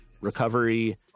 recovery